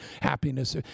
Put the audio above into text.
happiness